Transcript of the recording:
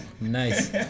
Nice